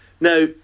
Now